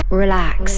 relax